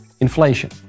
inflation